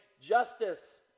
justice